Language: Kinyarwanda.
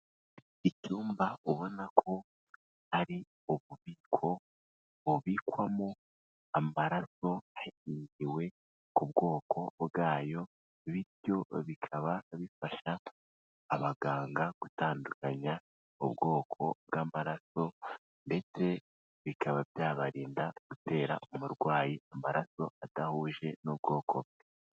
Icyumba ubona ko ari ububiko bubikwamo amaraso hashingiwe ku bwoko bwayo, bityo bikaba bifasha abaganga gutandukanya ubwoko bw'amaraso, ndetse bikaba byabarinda gutera umurwayi amaraso adahuje n'ubwoko bwe.